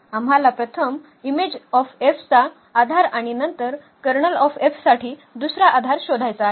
आम्हाला प्रथम चा आधार आणि नंतर साठी दुसरा आधार शोधायचा आहे